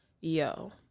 Yo